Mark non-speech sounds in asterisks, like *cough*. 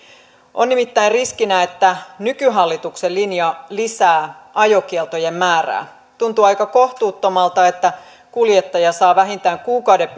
on nimittäin riskinä että nykyhallituksen linja lisää ajokieltojen määrää tuntuu aika kohtuuttomalta että kuljettaja saa vähintään kuukauden *unintelligible*